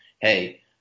hey